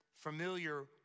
familiar